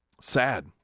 Sad